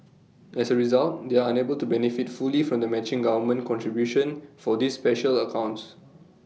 as A result they are unable to benefit fully from the matching government contribution for these special accounts